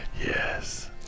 Yes